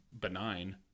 benign